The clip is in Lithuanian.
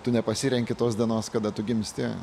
tu nepasirenki tos dienos kada tu gimsti